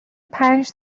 پنج